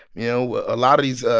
you know, a lot of these